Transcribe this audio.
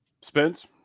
Spence